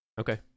Okay